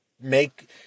make